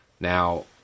Now